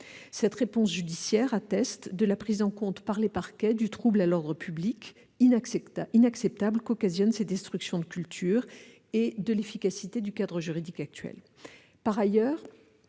Cette réponse judiciaire atteste de la prise en compte par les parquets du trouble à l'ordre public inacceptable que provoquent ces destructions de cultures et de l'efficacité du cadre juridique actuel.